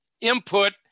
input